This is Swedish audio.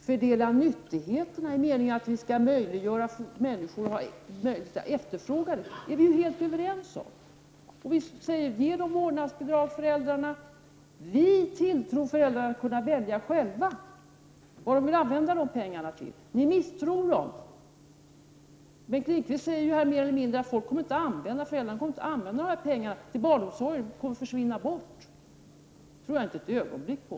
Fördela nyttigheter i meningen att möjliggöra för människor att efterfråga är vi helt överens om. Vi säger: Ge föräldrarna vårdnadsbidrag. Vi tilltror föräldrarna att själva kunna välja hur de skall använda pengarna. Ni misstror föräldrarna. Bengt Lindqvist säger mer eller mindre att folk inte kommer att använda pengarna till barnomsorgen, utan pengarna kommer att försvinna. Det tror jag inte ett ögonblick på.